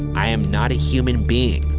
i am not a human being,